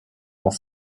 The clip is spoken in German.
auch